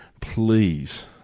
please